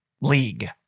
league